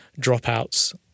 dropouts